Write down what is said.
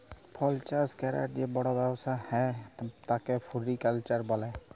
ফল চাষ ক্যরার যে বড় ব্যবসা হ্যয় তাকে ফ্রুটিকালচার বলে